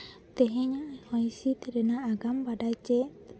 ᱛᱮᱦᱤᱧ ᱦᱚᱭ ᱦᱤᱸᱥᱤᱫ ᱨᱮᱱᱟᱜ ᱟᱜᱟᱢ ᱵᱟᱰᱟᱭ ᱪᱮᱫ